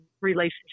relationship